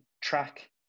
track